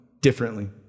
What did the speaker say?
differently